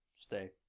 stay